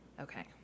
Okay